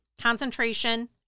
concentration